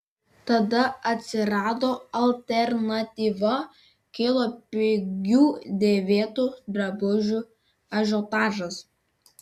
tada atsirado alternatyva kilo pigių dėvėtų drabužių ažiotažas